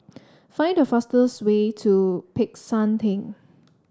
find the fastest way to Peck San Theng